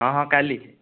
ହଁ ହଁ କାଲି